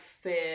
fear